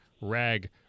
Rag